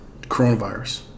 coronavirus